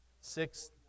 Six